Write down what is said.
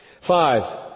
Five